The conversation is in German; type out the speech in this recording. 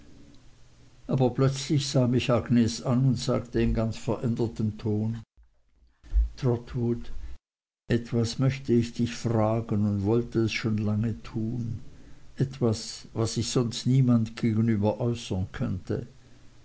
aber plötzlich sah mich agnes an und sagte in ganz verändertem ton trotwood etwas möchte ich dich fragen und wollte es schon lang tun etwas was ich sonst niemand gegenüber äußern könnte